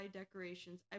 decorations